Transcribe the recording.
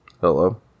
Hello